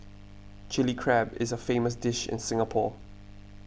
Chilli Crab is a famous dish in Singapore